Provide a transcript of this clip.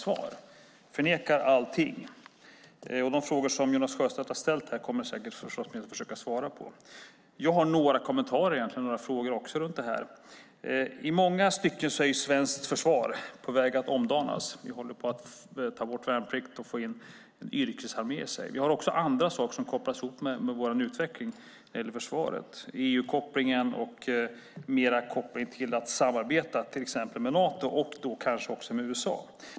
Allting förnekas, men de frågor som Jonas Sjöstedt ställt här kommer försvarsministern säkert att försöka svara på. Också jag har några kommentarer och även några frågor i sammanhanget. I långa stycken är svenskt försvar på väg att omdanas. Vi håller ju på att ta bort värnplikten och få in en yrkesarmé. Det gäller också annat som kopplas till utvecklingen av vårt försvar - EU-kopplingen och en större koppling till samarbete exempelvis med Nato och därmed kanske också med USA.